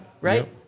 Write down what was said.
right